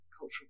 Cultural